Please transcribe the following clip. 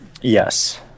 Yes